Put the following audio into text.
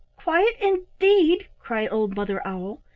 quiet indeed! cried old mother owl.